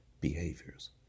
behaviors